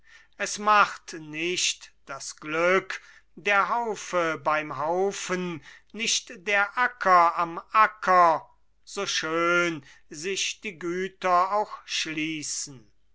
es macht nicht das glück der haufe beim haufen nicht der acker am acker so schön sich die güter auch schließen